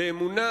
באמונה